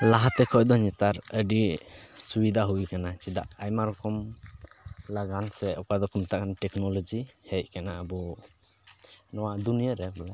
ᱞᱟᱦᱟᱛᱮ ᱠᱷᱚᱡ ᱫᱚ ᱱᱮᱛᱟᱨ ᱟᱹᱰᱤ ᱥᱩᱵᱤᱫᱟ ᱦᱩᱭ ᱠᱟᱱᱟ ᱪᱮᱫᱟᱜ ᱟᱭᱢᱟ ᱨᱚᱠᱚᱢ ᱞᱟᱜᱟᱱ ᱥᱮ ᱚᱠᱟ ᱫᱚᱠᱚ ᱢᱮᱛᱟᱜ ᱠᱟᱱᱟ ᱴᱮᱠᱱᱳᱞᱳᱡᱤ ᱦᱮᱡ ᱠᱟᱱᱟ ᱟᱵᱚ ᱱᱚᱣᱟ ᱫᱩᱱᱤᱭᱟ ᱨᱮ ᱵᱚᱞᱮ